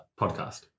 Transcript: Podcast